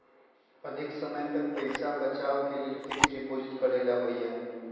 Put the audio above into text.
अधिक समय तक पईसा बचाव के लिए फिक्स डिपॉजिट करेला होयई?